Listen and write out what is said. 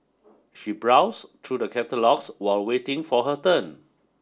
she browsed to the catalogs while waiting for her turn